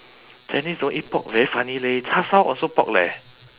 chinese don't eat pork very funny leh char shao also pork leh